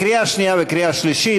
לקריאה שנייה וקריאה שלישית.